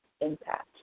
impact